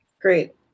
Great